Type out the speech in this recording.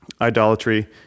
idolatry